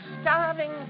starving